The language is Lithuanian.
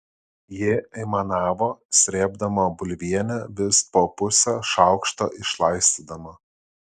ji aimanavo srėbdama bulvienę vis po pusę šaukšto išlaistydama